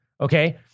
okay